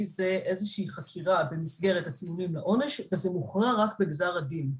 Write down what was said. זה איזושהי חקירה במסגרת הטיעונים לעונש וזה מוכרע רק בגזר הדין.